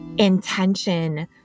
intention